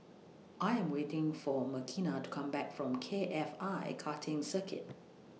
I Am waiting For Makena to Come Back from K F I Karting Circuit